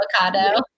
Avocado